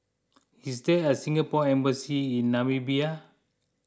is there a Singapore Embassy in Namibia